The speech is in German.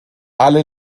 alle